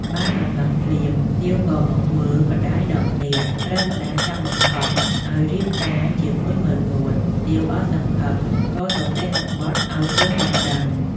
បានដំណឹងភ្លាម ទាវក៏មកមើលម្តាយដល់ផ្ទះ ត្រូវម្តាយចាប់បង្ខំឲ្យរៀបការជាមួយម៉ឺនងួន។ ទាវអស់សង្ឃឹមក៏សរសេរសំបុត្រឲ្យទុំបានដឹង។